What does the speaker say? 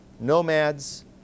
nomads